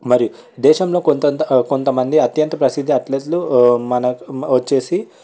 మరి దేశంలో కొంత అంతా కొంత మంది అత్యంత ప్రసిద్ధి అథ్లెట్స్లు మనకి వచ్చేసి